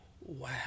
wow